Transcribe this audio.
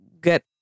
get